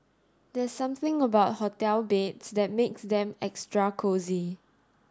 there's something about hotel beds that makes them extra cosy